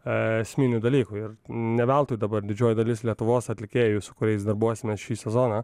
esminių dalykų ir ne veltui dabar didžioji dalis lietuvos atlikėjų su kuriais darbuosimės šį sezoną